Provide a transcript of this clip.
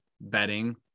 bedding